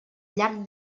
llarg